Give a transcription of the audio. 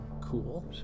Cool